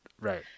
Right